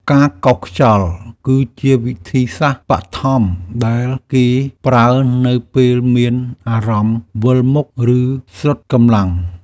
ការកោសខ្យល់គឺជាវិធីសាស្ត្របឋមដែលគេប្រើនៅពេលមានអារម្មណ៍វិលមុខ ឬស្រុតកម្លាំង។